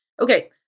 Okay